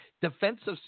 Defensive